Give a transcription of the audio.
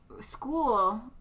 school